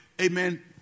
amen